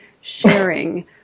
sharing